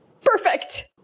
Perfect